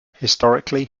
historically